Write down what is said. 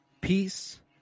peace